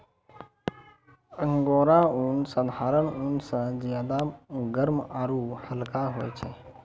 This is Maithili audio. अंगोरा ऊन साधारण ऊन स ज्यादा गर्म आरू हल्का होय छै